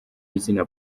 izina